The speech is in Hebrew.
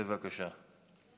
בבקשה.